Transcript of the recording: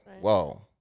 whoa